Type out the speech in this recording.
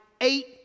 eight